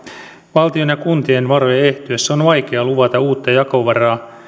valtion ja kuntien varojen ehtyessä on on vaikea luvata uutta jakovaraa